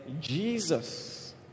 Jesus